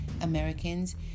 Americans